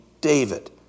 David